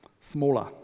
smaller